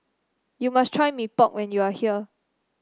you must try Mee Pok when you are here